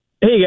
Hey